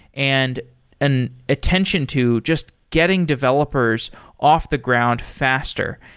and an attention to just getting developers off the ground faster,